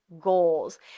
goals